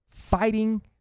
fighting